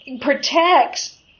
protects